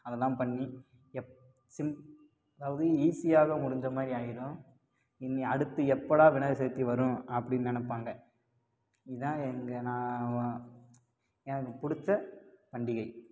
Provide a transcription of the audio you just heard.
அதெல்லாம் பண்ணி எப் சிம் அதாவது ஈஸியாக முடிஞ்ச மாதிரி ஆயிடும் இனி அடுத்து எப்போடா விநாயகர் சதுர்த்தி வரும் அப்படின்னு நினப்பாங்க இதுதான் எங்கள் நான் வ எனக்கு பிடிச்ச பண்டிகை